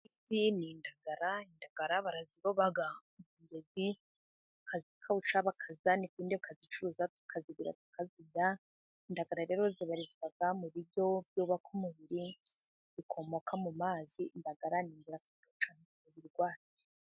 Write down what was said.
Izi ni indagara, indagara baraziroba bakazikawusha bakazanika, ubundi kazicuruza tukazigura tukazirya, indagara rero zibarizwa mu biryo byubaka umubiri, bikomoka mu mazi indagara zirwanya uburwayi.